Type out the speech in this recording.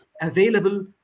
available